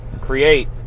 create